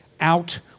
out